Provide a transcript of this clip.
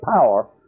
power